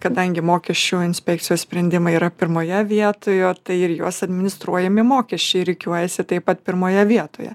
kadangi mokesčių inspekcijos sprendimai yra pirmoje vietoj o tai ir juos administruojami mokesčiai rikiuojasi taip pat pirmoje vietoje